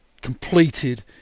completed